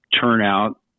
turnout